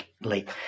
late